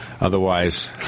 Otherwise